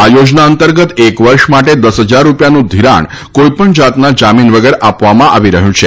આ યોજના અંતર્ગત એક વર્ષ માટે દસ હજાર રૂપિયાનું ઘિરાણ કોઈપણ જાતના જામીન વગર આપવામાં આવી રહ્યું છે